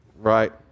right